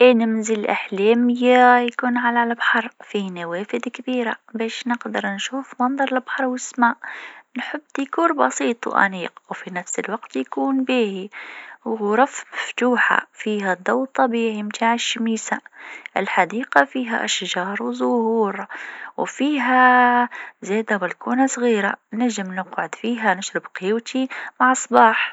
منزل أحلامي يكون في منطقة هادئة، فيه حديقة كبيرة. نحب نكون عندي مطبخ واسع وغرفة جلوس مريحة. زيدا، نحب شرفة تطل على البحر، وين نقدر نشرب قهوتي في الصباح. الجو يكون مريح ومليان ضوء.